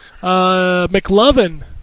McLovin